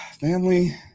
Family